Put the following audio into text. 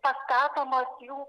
pastatomas jų